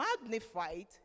magnified